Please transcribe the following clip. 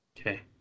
Okay